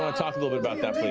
ah talk a little bit about that,